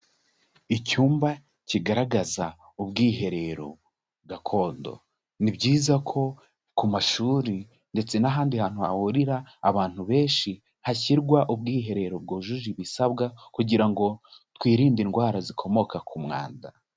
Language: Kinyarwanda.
Icyumba kigaragaza ubwiherero gakondo, ni byiza ko ku mashuri ndetse n'ahandi hantu hahurira abantu benshi, hashyirwa ubwiherero bwujuje ibisabwa kugira ngo twirinde indwara zikomoka ku mwanda.